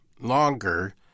longer